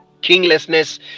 kinglessness